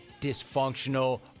dysfunctional